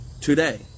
today